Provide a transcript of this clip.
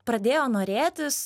pradėjo norėtis